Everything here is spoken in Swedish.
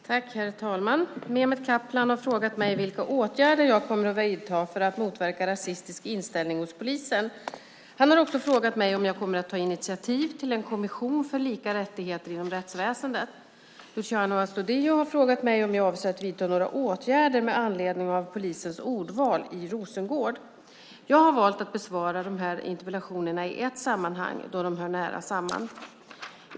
Herr talman! Mehmet Kaplan har frågat mig vilka åtgärder jag kommer att vidta för att motverka rasistisk inställning hos polisen. Han har också frågat mig om jag kommer att ta initiativ till en kommission för lika rättigheter inom rättsväsendet. Luciano Astudillo har frågat mig om jag avser att vidta några åtgärder med anledning av polisens ordval i Rosengård. Jag har valt att besvara dessa interpellationer i ett sammanhang då de hör nära samman.